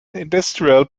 industrial